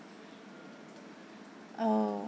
oh